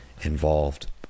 involved